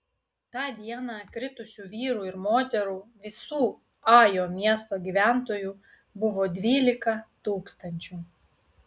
tą dieną kritusių vyrų ir moterų visų ajo miesto gyventojų buvo dvylika tūkstančių